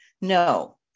No